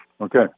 Okay